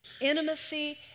Intimacy